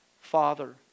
Father